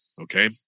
Okay